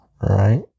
right